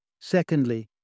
Secondly